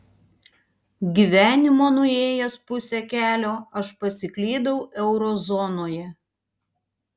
gyvenimo nuėjęs pusę kelio aš pasiklydau eurozonoje